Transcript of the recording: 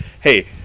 Hey